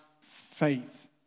faith